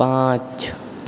पाँच